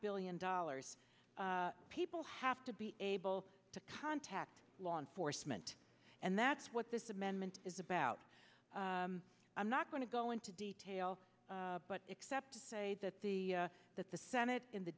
billion dollars people have to be able to contact law enforcement and that's what this amendment is about i'm not going to go into detail but except to say that the that the senate in the